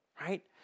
right